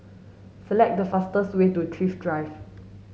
select the fastest way to Thrift Drive